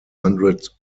hundred